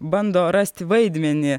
bando rasti vaidmenį